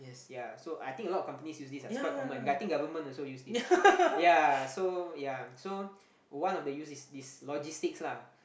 ya so I think a lot of companies use this ah it's quite common I think government also use this ya so ya so one of the use is this logistics lah